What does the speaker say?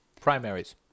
Primaries